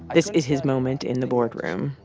this is his moment in the boardroom.